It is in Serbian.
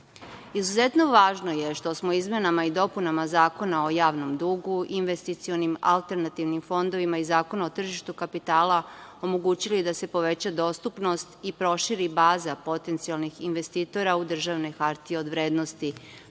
je važno što smo izmenama i dopunama Zakona o javnom dugu, investicionim alternativnim fondovima i Zakona o tržištu kapitala omogućili da se poveća dostupnost i proširi baza potencijalnih investitora u državne hartije od vrednosti,